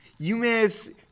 UMass